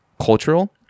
cultural